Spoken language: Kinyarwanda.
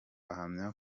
ahamya